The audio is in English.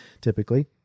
typically